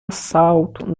assalto